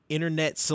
Internet